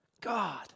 God